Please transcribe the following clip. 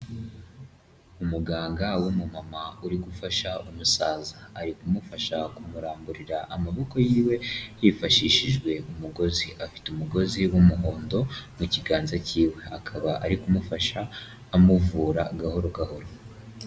Umuganga w'umumama uri gufasha umusaza, ari kumufasha kumuramburira amaboko y'iwe hifashishijwe umugozi. Afite umugozi w'umuhondo mu kiganza cy'iwe akaba ari kumufasha amuvura gahoro gahoro.